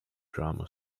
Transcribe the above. drama